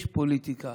יש פוליטיקה,